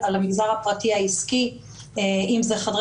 האחת